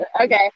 okay